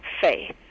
Faith